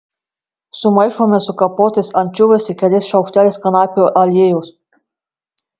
sumaišome su kapotais ančiuviais ir keliais šaukšteliais kanapių aliejaus